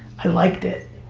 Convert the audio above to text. i liked it.